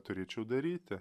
turėčiau daryti